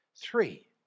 Three